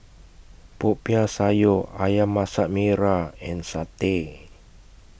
Popiah Sayur Ayam Masak Merah and Satay